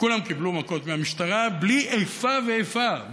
שכולם קיבלו מכות מהמשטרה בלי איפה ואיפה,